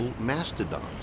mastodons